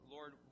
Lord